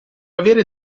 avere